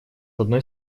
одной